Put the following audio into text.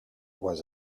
was